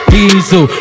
Diesel